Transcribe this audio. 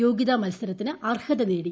യോഗൃതാ മത്സരത്തിന് അർഹത നേടി